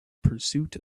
pursuit